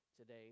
today